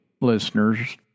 listeners